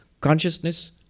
Consciousness